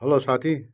hello साथी